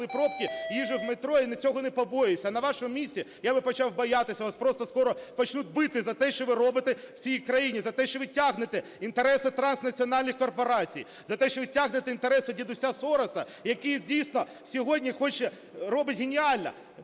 пробки, їжджу в метро - і цього не побоююся, а на вашому місці я б почав боятися, вас просто скоро почнуть бити за те, що ви робите в цій країні, за те, що ви тягнете інтереси транснаціональних корпорацій, за те, що ви тягнете інтереси дідуся Сороса, який, дійсно, сьогодні робить геніально: